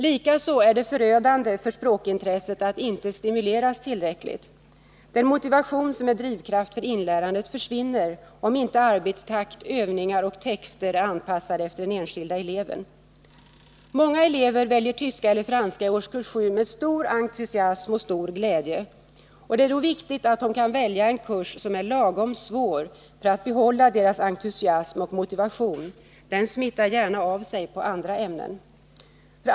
Likaså är det förödande för språkintresset att inte stimuleras tillräckligt. Den motivation som är drivkraft för inlärandet försvinner, om inte arbetstakten, övningar och texter är anpassade efter den enskilde eleven. Många elever väljer tyska eller franska i årskurs 7 med stor entusiasm och stor glädje. Det är viktigt att de kan välja en kurs som är lagom svår för att deras entusiasm och motivation skall bibehållas. Det smittar gärna av sig på andra ämnen.